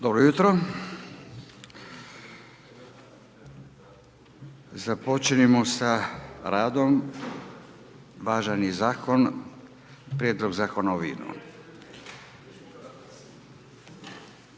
Dobro jutro. Započnimo sa radom važan je zakon. - Prijedlog zakona o